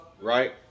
right